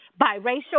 biracial